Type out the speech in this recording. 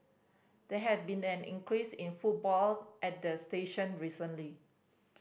there has been an increase in footfall at the station recently